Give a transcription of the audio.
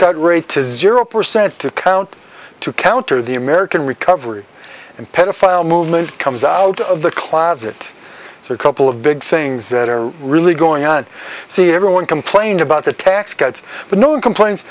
cut rate is zero percent to account to counter the american recovery and pedophile movement comes out of the closet so a couple of big things that are really going on see everyone complain about the tax cuts but no one complain